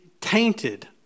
tainted